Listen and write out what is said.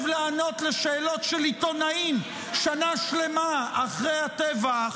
לענות על שאלות של עיתונאים שנה שלמה אחרי הטבח,